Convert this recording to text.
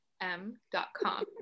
M.com